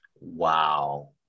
wow